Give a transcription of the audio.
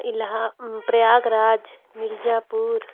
इल्हा Prayagraj Mirzapur